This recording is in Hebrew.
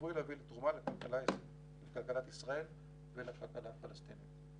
וצפוי להביא תרומה לכלכלת ישראל ולכלכלה הפלסטינית.